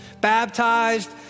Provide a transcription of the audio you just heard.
baptized